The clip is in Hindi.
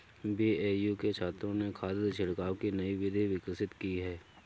बी.ए.यू के छात्रों ने खाद छिड़काव की नई विधि विकसित की है